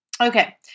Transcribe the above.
Okay